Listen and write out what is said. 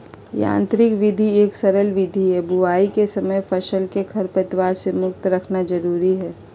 यांत्रिक विधि एक सरल विधि हई, बुवाई के समय फसल के खरपतवार से मुक्त रखना जरुरी हई